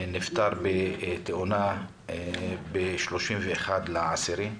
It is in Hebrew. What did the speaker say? נפטר בתאונה ב-31 באוקטובר.